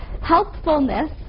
healthfulness